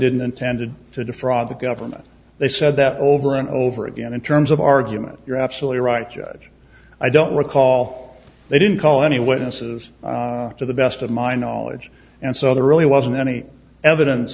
didn't intended to defraud the government they said that over and over again in terms of argument you're absolutely right judge i don't recall they didn't call any witnesses to the best of my knowledge and so there really wasn't any evidence